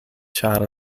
ĉar